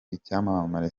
icyamamare